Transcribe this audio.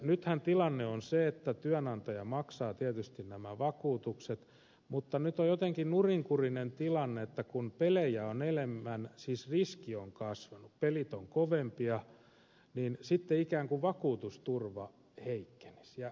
nythän tilanne on se että työnantaja maksaa tietysti nämä vakuutukset mutta nyt on jotenkin nurinkurinen tilanne että kun pelejä on enemmän siis riski on kasvanut pelit ovat kovempia niin sitten ikään kuin vakuutusturva heikkenisi